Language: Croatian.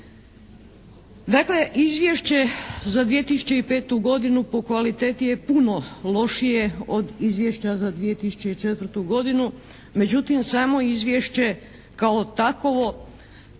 Dakle izvješće za 2005. godinu po kvaliteti je puno lošije od izvješća za 2004. godinu međutim samo izvješće kao takovo